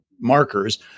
markers